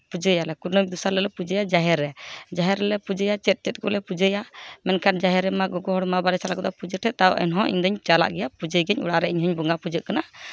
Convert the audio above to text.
ᱯᱩᱡᱟᱹᱭᱟᱞᱮ ᱠᱩᱱᱟᱹᱢᱤ ᱫᱚᱥᱟᱨ ᱦᱤᱞᱳᱜ ᱞᱮ ᱯᱩᱡᱟᱹᱭᱟ ᱡᱟᱦᱮᱨ ᱨᱮ ᱡᱟᱦᱮᱨ ᱨᱮᱞᱮ ᱯᱩᱡᱟᱹᱭᱟ ᱪᱮᱫ ᱪᱮᱫ ᱠᱚᱞᱮ ᱯᱩᱡᱟᱹᱭᱟ ᱢᱮᱱᱠᱷᱟᱱ ᱡᱟᱦᱮᱨ ᱨᱮᱢᱟ ᱜᱚᱜᱚ ᱦᱚᱲ ᱢᱟ ᱵᱟᱞᱮ ᱪᱟᱞᱟᱣ ᱜᱚᱫᱚᱜᱼᱟ ᱯᱩᱡᱟᱹ ᱴᱷᱮᱱ ᱛᱟᱣ ᱮᱱᱦᱚᱸ ᱤᱧᱫᱩᱧ ᱪᱟᱞᱟᱜ ᱜᱮᱭᱟ ᱯᱩᱡᱟᱹᱭ ᱜᱤᱭᱟᱹᱧ ᱚᱲᱟᱜ ᱨᱮ ᱤᱧ ᱦᱚᱸᱧ ᱵᱚᱸᱜᱟ ᱯᱩᱡᱟᱹᱜ ᱠᱟᱱᱟ